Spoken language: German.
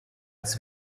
als